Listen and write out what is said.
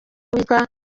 witwa